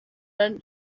run